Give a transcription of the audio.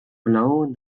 blow